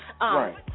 Right